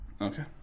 Okay